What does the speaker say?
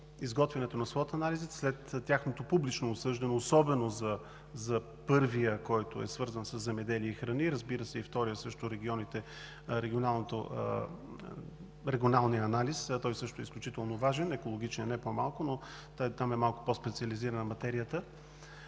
изготвянето на SWOT анализите, след тяхното публично обсъждане, особено за първия, който е свързан със земеделие и храни, разбира се, и втория, също регионите – регионалният анализ, той също е изключително важен, екологичен е не по-малко, но там е малко по-специализирана материята,